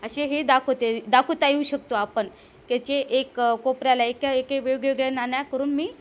असे हे दाखवते दाखवता येऊ शकतो आपण त्याचे एक कोपऱ्याला एका एके वेगवेगळ्या नाण्या करून मी